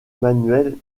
manuel